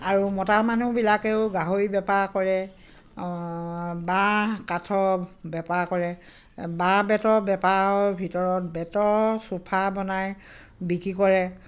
আৰু মতা মানুহবিলাকেও গাহৰি বেপাৰ কৰে বাঁহ কাঠৰ বেপাৰ কৰে বাঁহ বেতৰ বেপাৰৰ ভিতৰত বেতৰ চোফা বনাই বিক্ৰী কৰে